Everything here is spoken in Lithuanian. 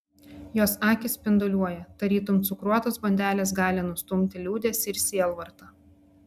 jos akys spinduliuoja tarytum cukruotos bandelės gali nustumti liūdesį ir sielvartą